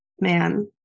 Man